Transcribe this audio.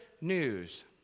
news